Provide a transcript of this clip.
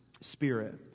Spirit